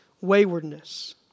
waywardness